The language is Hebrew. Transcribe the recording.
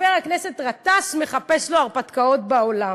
שחבר הכנסת גטאס מחפש לו הרפתקאות בעולם?